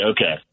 okay